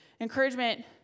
Encouragement